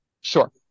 Sure